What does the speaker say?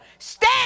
stand